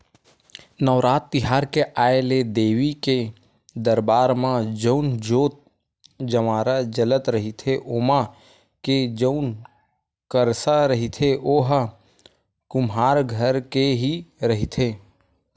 नवरात तिहार के आय ले देवी के दरबार म जउन जोंत जंवारा जलत रहिथे ओमा के जउन करसा रहिथे ओहा कुम्हार घर के ही रहिथे